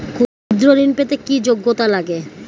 ক্ষুদ্র ঋণ পেতে কি যোগ্যতা লাগে?